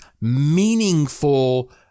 meaningful